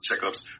checkups